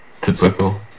Typical